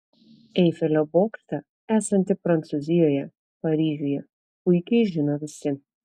eifelio bokštą esantį prancūzijoje paryžiuje puikiai žino visi